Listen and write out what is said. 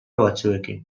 batzuekin